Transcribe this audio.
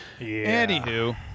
Anywho